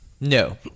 No